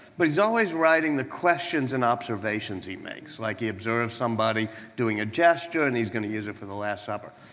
but he's always writing the questions and observations he makes. like he observes somebody doing a gesture and he's going to use it for the last supper.